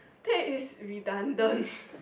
that is redundant